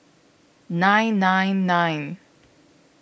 nine nine nine